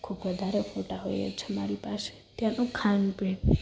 ખૂબ વધારે ફોટા હોય છે મારી પાસે ત્યાંનું ખાનપીણ